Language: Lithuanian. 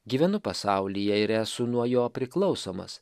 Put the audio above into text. gyvenu pasaulyje ir esu nuo jo priklausomas